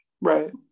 Right